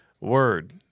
word